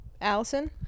Allison